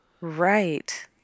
Right